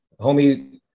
Homie